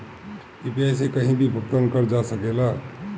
UPI से कहीं भी भुगतान कर जा सकेला?